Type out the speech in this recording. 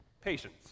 Patience